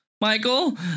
Michael